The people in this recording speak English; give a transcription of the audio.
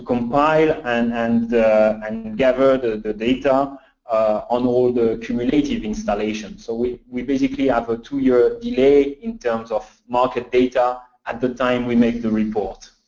compile, and and and gather the the data on all the cumulative installations. so we we basically have a two year ah delay in terms of market data at the time we make the report.